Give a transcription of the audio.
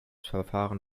verfahren